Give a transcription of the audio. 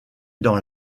dans